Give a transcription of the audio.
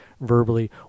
verbally